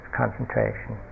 concentration